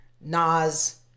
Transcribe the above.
Nas